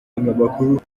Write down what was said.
amakuru